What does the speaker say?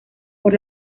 por